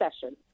session